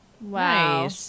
wow